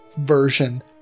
version